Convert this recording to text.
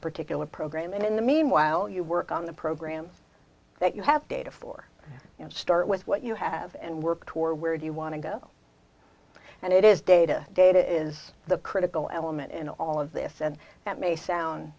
particular program and in the meanwhile you work on the program that you have data for and start with what you have and work toward where do you want to go and it is data data is the critical element in all of this and that may